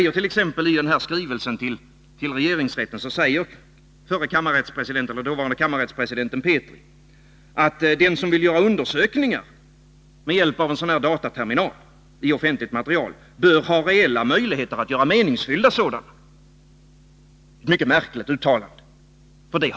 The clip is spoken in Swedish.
I skrivelsen till regeringen säger dåvarande kammarrättspresidenten Petri att den som vill göra undersökningar i offentligt material med hjälp av en dataterminal bör ha reella möjligheter att göra meningsfyllda sådana — ett mycket märkligt uttalande.